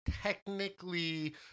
technically